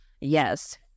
Yes